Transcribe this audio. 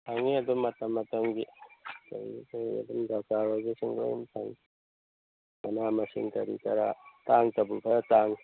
ꯐꯪꯏ ꯑꯗꯨꯝ ꯃꯇꯝ ꯃꯇꯝꯒꯤ ꯑꯗꯨꯝ ꯗꯔꯀꯥꯔ ꯑꯣꯏꯕꯁꯤꯡ ꯂꯣꯏꯅ ꯐꯪꯏ ꯃꯅꯥ ꯃꯁꯤꯡ ꯀꯔꯤ ꯀꯔꯥ ꯇꯥꯡꯇꯕꯨ ꯈꯔ ꯇꯥꯡꯏ